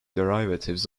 derivatives